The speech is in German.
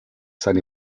seine